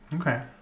Okay